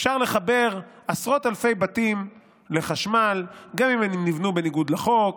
אפשר לחבר עשרות אלפי בתים לחשמל גם אם הם נבנו בניגוד לחוק,